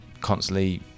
constantly